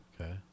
Okay